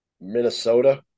Minnesota